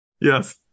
Yes